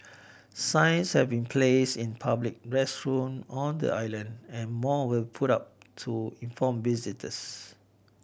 signs have been placed in public restroom on the island and more will put up to inform visitors